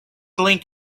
link